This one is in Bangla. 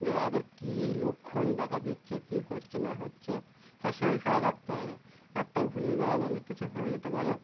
যে তাদের কী লক্ষণ দেখা দিচ্ছে কী হচ্ছে না হচ্ছে সব সময় খেয়াল রাখতে হবে একটা ভুলের কারণে অনেক কিছু হয়ে যেতে পারে